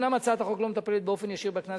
אומנם הצעת החוק לא מטפלת באופן ישיר בקנס